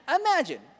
imagine